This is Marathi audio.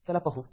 चला पाहू